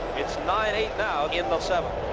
it's nine eight now in the seventh.